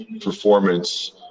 performance